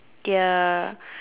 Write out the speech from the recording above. their